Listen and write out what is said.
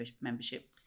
membership